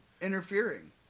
interfering